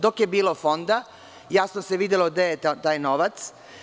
Dok je bilo Fonda jasno se videlo gde je taj novac.